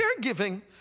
caregiving